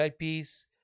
ips